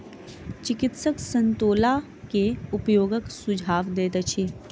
चिकित्सक संतोला के उपयोगक सुझाव दैत अछि